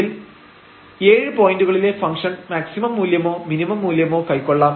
ഇതിൽ 7 പോയന്റുകളിലെ function maximum മൂല്യമോ മിനിമം മൂല്യമോ കൈക്കൊള്ളാം